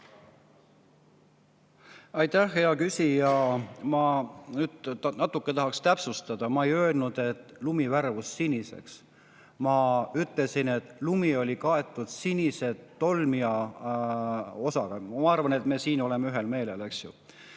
Aitäh, hea küsija! Ma tahaksin natuke täpsustada. Ma ei öelnud, et lumi värvus siniseks. Ma ütlesin, et lumi oli kaetud siniste tolmjate osakestega. Ma arvan, et siin me oleme ühel meelel, eks ju.